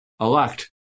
elect